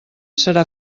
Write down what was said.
serà